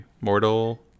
Mortal